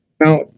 Now